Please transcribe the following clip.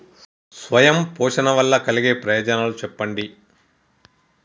స్వయం పోషణ వల్ల కలిగే ప్రయోజనాలు చెప్పండి?